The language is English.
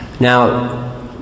Now